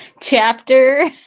chapter